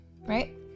right